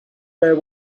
their